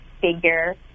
figure